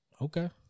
okay